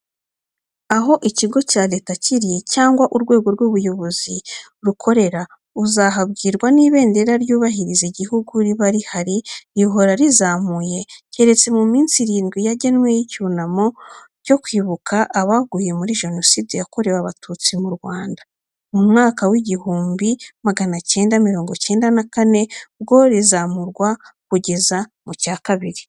Aho ikigo cya Leta kiri cyangwa urwego rw'ubuyobozi rukorera, uzahabwirwa n'ibendera ryubahiriza igihugu riba rihari, rihora rizamuye, keretse mu minsi irindwi yagenwe y'icyunamo cyo kwibuka abaguye muri Jenoside yakorewe Abatutsi mu Rwanda, mu mwaka wa igihumbi magana cyenda mirongo cyenda na kane, bwo rizamurwa kugeza mu cya kabiri.